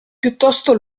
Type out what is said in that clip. piuttosto